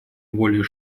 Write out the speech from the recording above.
более